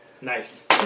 Nice